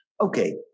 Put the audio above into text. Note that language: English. Okay